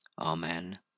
Amen